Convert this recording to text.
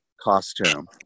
costume